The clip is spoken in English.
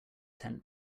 tent